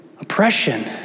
oppression